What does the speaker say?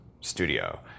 studio